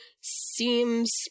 seems